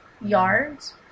yards